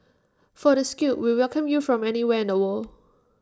for the skilled we welcome you from anywhere in the world